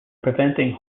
preventing